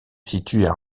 situent